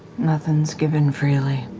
nothing's given freely,